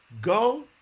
go